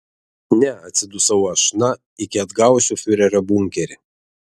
ne atsidusau aš na iki atgausiu fiurerio bunkerį